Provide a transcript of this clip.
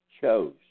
chose